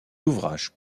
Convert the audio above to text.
ouvrages